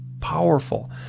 powerful